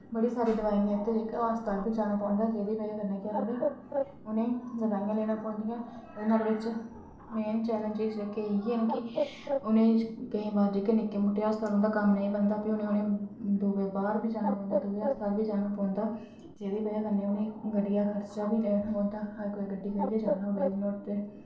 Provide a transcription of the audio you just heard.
बड़ी सारी दवाइयां ते जेह्का ओह् हस्पताल बी जाने पौंदा जेह्दी बजह कन्नै केह् आखदे उ'नें दवाइयां लैने पौंदियां नुआढ़े बिच मेन चैलेंजेस जेह्के इ'यै न कि उ'नें केईं बार जेह्के निक्के मुट्टे हस्पताल उं'दा कम्म नेईं बनदा फ्ही उ'ने उ'ने दुए बाह्र बी जाने पौंदा दुए हस्पताल बी जाने पौंदा जेह्दी बजह कन्नै उ'ने गड्डिया खर्चा वि लेने पोंदा अगर कुते गड्डी करियै जाना होये नोह्ड़े ते